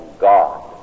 God